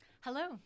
Hello